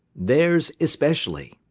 theirs especially,